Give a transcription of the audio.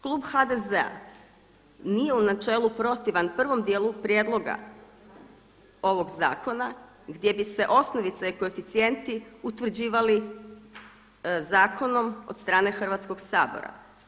Klub HDZ-a nije u načelu protivan prvom djelu prijedloga ovog zakona gdje bi se osnovica i koeficijenti utvrđivali zakonom od strane Hrvatskog sabora.